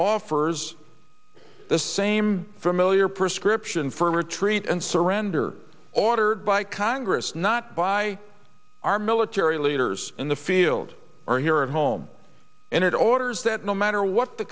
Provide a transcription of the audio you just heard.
offers this same familiar prescription for treat and surrender ordered by congress not by our military leaders in the field are here at home and it orders that no matter what the